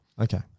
Okay